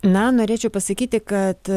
na norėčiau pasakyti kad